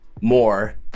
more